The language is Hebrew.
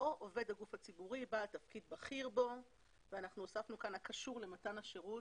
או עובד הגוף הציבורי בעל תפקיד בכיר בו הקשור למתן השירות,